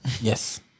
Yes